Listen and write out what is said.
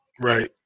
Right